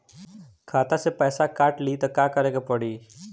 खाता से पैसा काट ली त का करे के पड़ी?